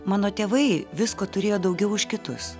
mano tėvai visko turėjo daugiau už kitus